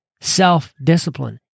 self-discipline